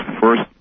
first